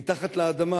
מתחת לאדמה.